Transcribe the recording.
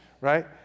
right